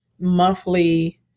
monthly